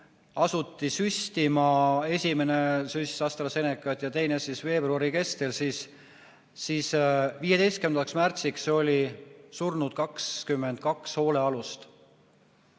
asuti süstima, tehti esimene süst AstraZenecat ja teine veebruari keskel, siis 15. märtsiks oli surnud 22 hoolealust.